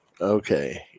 Okay